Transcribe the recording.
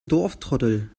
dorftrottel